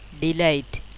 delight